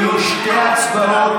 יהיו שתי הצבעות.